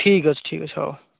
ଠିକ୍ ଅଛି ଠିକ୍ ଅଛି ହଉ